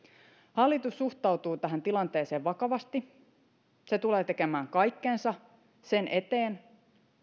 hallitus suhtautuu tähän tilanteeseen vakavasti se tulee tekemään kaikkensa sen eteen